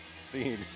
scene